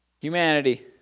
Humanity